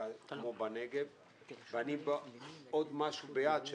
כמו בנגב ואני בעוד עוד משהו כאשר